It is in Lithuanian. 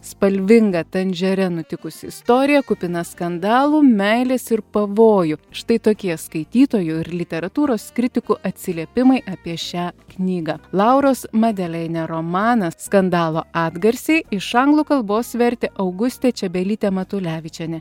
spalvinga tandžere nutikusi istorija kupina skandalų meilės ir pavojų štai tokie skaitytojų ir literatūros kritikų atsiliepimai apie šią knygą lauros medeleine romanas skandalo atgarsiai iš anglų kalbos vertė augustė čebelytė matulevičienė